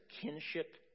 kinship